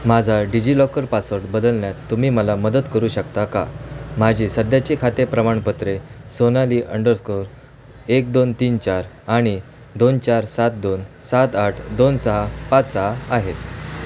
माझा DigiLocker password बदलण्यात तुम्ही मला मदत करू शकता का माझे सध्याचे खाते प्रमाणपत्रे सोनाली अंडरस्कोअर एक दोन तीन चार आणि दोन चार सात दोन सात आठ दोन सहा पाच सहा आहेत